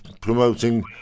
promoting